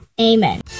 Amen